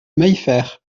maillefert